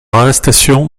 arrestation